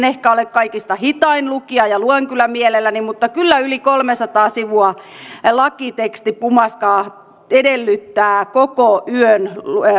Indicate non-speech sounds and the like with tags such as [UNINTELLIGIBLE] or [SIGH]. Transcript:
[UNINTELLIGIBLE] ehkä ole kaikista hitain lukija ja luen kyllä mielelläni mutta kyllä yli kolmesataa sivua lakitekstipumaskaa edellyttää koko yön